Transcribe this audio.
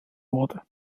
wurde